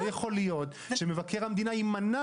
לא יכול להיות שמבקר המדינה יימנע